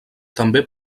també